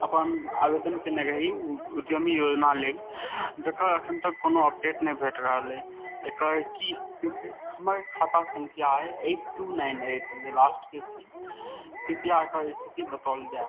अपन आवेदन केने रही उद्यमी योजना लेल जकर अखन तक कोनो अपडेट नहि भेट रहल अछि एकर की स्थिति छै हमर खाता सँख्या अइट टू नाइन एट जे लास्टके छी कृपया एकर स्थिति बतौल जाए